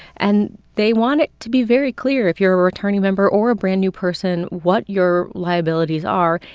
and they want it to be very clear, if you're a returning member or a brand-new person, what your liabilities are.